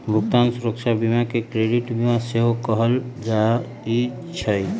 भुगतान सुरक्षा बीमा के क्रेडिट बीमा सेहो कहल जाइ छइ